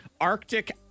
Arctic